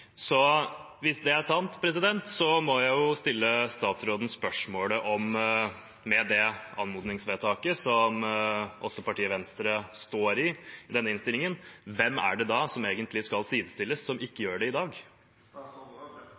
Hvis det er sant, må jeg stille statsråden spørsmålet: Med det anmodningsvedtaket som også partiet Venstre står bak i denne innstillingen, hvem er det da som egentlig skal sidestilles, som ikke blir det i